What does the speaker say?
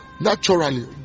naturally